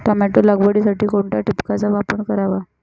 Tomato लागवडीसाठी कोणत्या ठिबकचा वापर करावा?